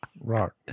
Rock